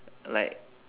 like